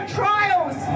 trials